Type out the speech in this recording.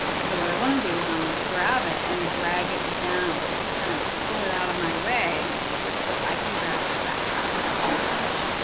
so what i want to do is, i'm going to grab it and drag it down to kind of pull it out of my way so i can grab the background image.